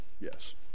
yes